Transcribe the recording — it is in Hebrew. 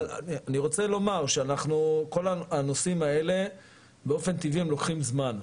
אבל אני רוצה לומר שכל הנושאים האלה באופן טבעי הם לוקחים זמן,